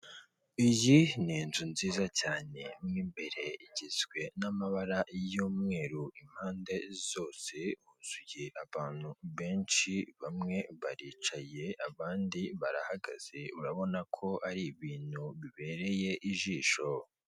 Iyi ni inzu nziza cyane mu imbere igizwe n'amabara y'umweru impande zose, huzuye abantu benshi bamwe baricaye abandi barahagaze urabona ko ari ibintu bibereye ijisho.